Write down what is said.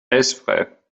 eisfrei